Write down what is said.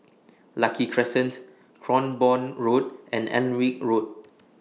Lucky Crescent Cranborne Road and Alnwick Road